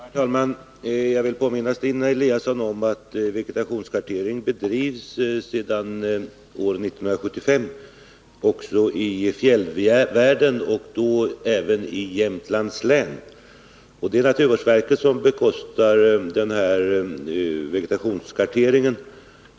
Herr talman! Jag vill påminna Stina Eliasson om att vegetationskartering sedan 1975 bedrivs också i fjällvärlden och då även i Jämtlands län. Det är naturvårdsverket som bekostar den vegetationskarteringen.